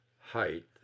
height